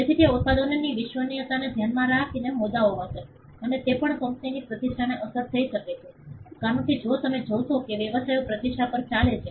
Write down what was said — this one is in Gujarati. તેથી તે ઉત્પાદનોની વિશ્વસનીયતાને ધ્યાનમાં રાખીને મુદ્દાઓ હશે અને તે પણ કંપનીની પ્રતિષ્ઠાને અસર થઈ શકે છે કારણ કે જો તમે જોશો કે વ્યવસાયો પ્રતિષ્ઠા પર ચાલે છે